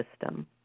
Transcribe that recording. system